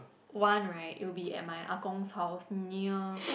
one right it will be at my Ah-Gong house near